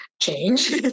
change